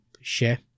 share